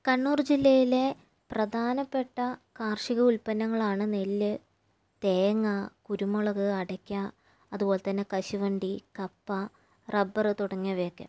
കണ്ണൂർ ജില്ലയിലെ പ്രധാനപ്പെട്ട കാർഷിക ഉൽപ്പന്നങ്ങളാണ് നെല്ല് തേങ്ങ കുരുമുളക് അടയ്ക്ക അതുപോലെതന്നെ കശുവണ്ടി കപ്പ റബ്ബറ് തുടങ്ങിയവയൊക്കെ